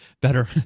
Better